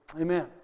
amen